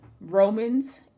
Romans